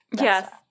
Yes